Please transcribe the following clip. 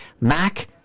Mac